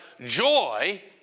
joy